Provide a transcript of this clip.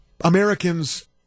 Americans